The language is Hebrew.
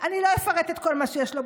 אני לא אפרט את כל מה שיש לו,